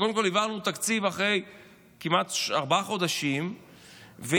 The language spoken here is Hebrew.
כי קודם כול העברנו תקציב אחרי ארבעה חודשים כמעט,